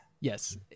Yes